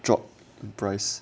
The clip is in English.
drop the price